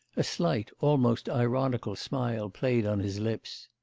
a slight almost ironical smile played on his lips.